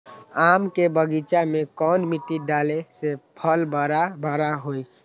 आम के बगीचा में कौन मिट्टी डाले से फल बारा बारा होई?